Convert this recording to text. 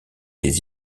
des